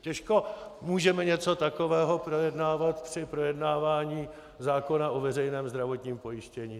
Těžko můžeme něco takového projednávat při projednávání zákona o veřejném zdravotním pojištění.